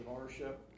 ownership